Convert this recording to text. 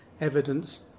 evidence